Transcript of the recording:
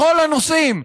בכל הנושאים,